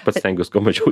pats stengiuos kuo mažiau